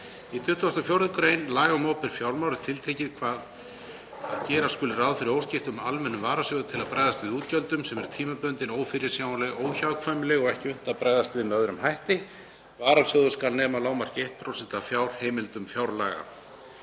Í 24. gr. laga um opinber fjármál er tiltekið að gera skuli ráð fyrir óskiptum almennum varasjóði til að bregðast við útgjöldum sem eru tímabundin, ófyrirsjáanleg, óhjákvæmileg og ekki unnt að bregðast við með öðrum hætti. Varasjóður skal nema að lágmarki 1% af fjárheimildum fjárlaga.